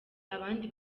abandi